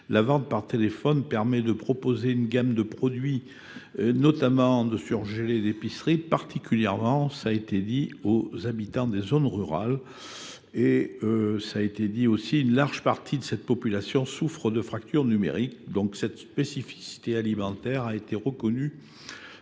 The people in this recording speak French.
La vente par téléphone permet de proposer une gamme de produits, notamment de surgelés d'épicerie, particulièrement, ça a été dit, aux habitants des zones rurales. Et ça a été dit aussi, une large partie de cette population souffre de fractures numériques, donc cette spécificité alimentaire a été reconnue